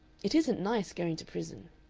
it isn't nice going to prison.